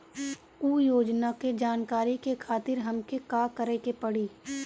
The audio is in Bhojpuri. उ योजना के जानकारी के खातिर हमके का करे के पड़ी?